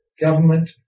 government